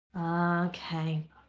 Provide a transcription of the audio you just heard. Okay